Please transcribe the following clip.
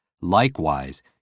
Likewise